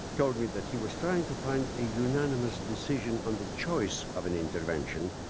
told me that he was trying to fiind a unanimous decision on the choice of an intervention.